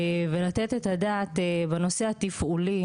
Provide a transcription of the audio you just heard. ולתת את הדעת בנושא התפעולי